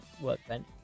Workbench